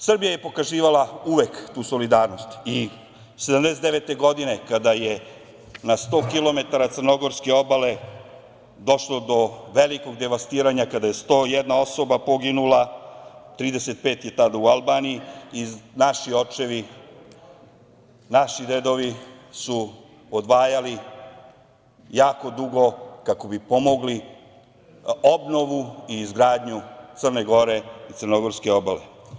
Srbija je pokazivala uvek tu solidarnost i 1979. godine kada je na sto kilometara crnogorske obale došlo do velikog devastiranja kada je 101 osoba poginula, 35 je tada u Albaniji i naši očevi i naši dedovi su odvajali jako dugo kako bi pomogli obnovu i izgradnju Crne Gore i crnogorske obale.